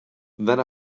then